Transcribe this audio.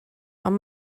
ond